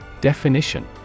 Definition